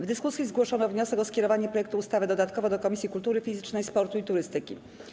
W dyskusji zgłoszono wniosek o skierowanie projektu ustawy dodatkowo do Komisji Kultury Fizycznej, Sportu i Turystyki.